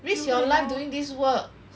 risk your life doing this work